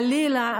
חלילה,